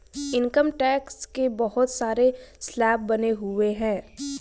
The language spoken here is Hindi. इनकम टैक्स के बहुत सारे स्लैब बने हुए हैं